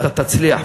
אתה תצליח.